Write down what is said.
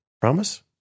Promise